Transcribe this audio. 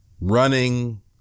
running